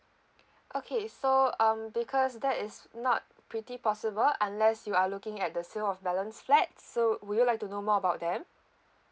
okay so um because that is not pretty possible unless you are looking at the sale of balance flats so would you like to know more about them